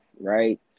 right